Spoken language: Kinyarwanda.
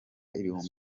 ibihumbi